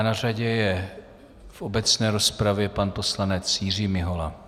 Na řadě je v obecné rozpravě pan poslanec Jiří Mihola.